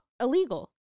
illegal